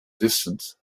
distance